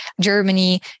Germany